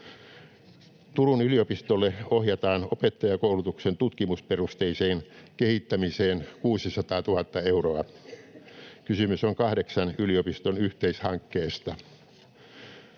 Turun yliopistolle ohjataan opettajakoulutuksen tutkimusperusteiseen kehittämiseen 600 000 euroa. Kysymys on kahdeksan yliopiston yhteishankkeesta.